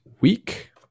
week